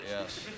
Yes